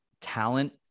talent